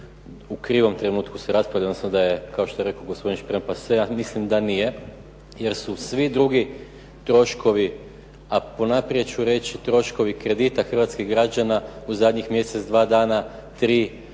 u krivom trenutku se raspravlja, odnosno sa je kao što je rekao gospodin Šprem "pase", ja mislim da nije. Jer su svi drugi troškovi, a unaprijed ću reći troškovi kredita hrvatskih građana u zadnjih mjesec, dva dana tri,